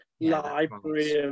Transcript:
library